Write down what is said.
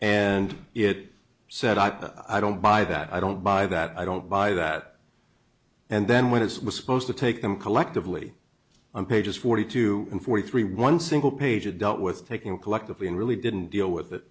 and it said i i don't buy that i don't buy that i don't buy that and then when it was supposed to take them collectively i'm pages forty two and forty three one single page are dealt with taken collectively and really didn't deal with